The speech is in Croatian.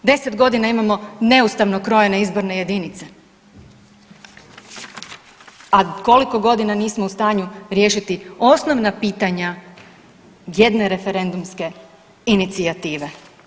10 godina imamo neustavno krojene izborne jedinice, a koliko godina nismo u stanju riješiti osnovna pitanja jedne referendumske inicijative.